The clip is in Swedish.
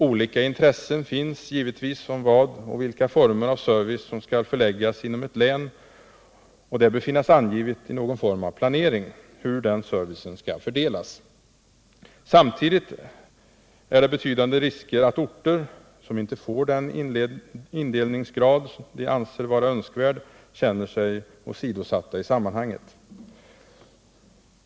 Olika intressen finns givetvis i fråga om vilken service som skall förläggas inom ett län, och det bör finnas angivet i någon form av planering hur den servicen skall fördelas. Samtidigt finns det betydande risker för att orter, som inte får den indelningsgrad de anser vara önskvärd, känner sig åsidosatta i sammanhanget.